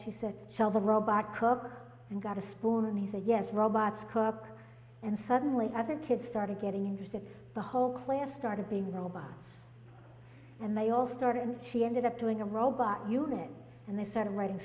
he said sell the robot cook and got a spoon and he's a yes robots cook and suddenly other kids started getting interested the whole class started being robot and they all started she ended up doing a robot human and they started writing